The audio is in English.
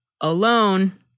alone